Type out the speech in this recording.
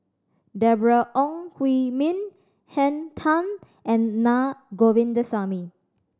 Deborah Ong Hui Min Henn Tan and Na Govindasamy